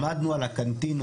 למדנו על הקנטינות,